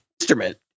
instrument